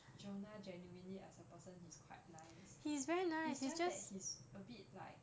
jonah genuinely as a person he's quite nice it's just that he's a bit like